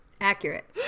Accurate